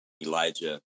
Elijah